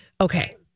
okay